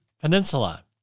Peninsula